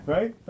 Right